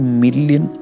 million